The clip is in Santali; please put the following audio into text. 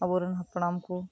ᱟᱵᱚᱨᱮᱱ ᱦᱟᱯᱲᱟᱢ ᱠᱚ